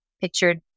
pictured